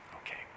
Okay